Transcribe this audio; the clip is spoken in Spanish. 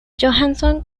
johansson